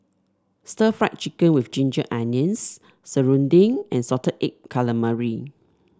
stir Fry Chicken with Ginger Onions serunding and Salted Egg Calamari